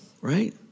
right